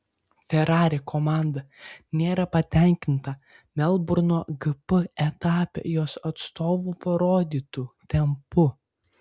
ferrari komanda nėra patenkinta melburno gp etape jos atstovų parodytu tempu